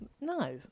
No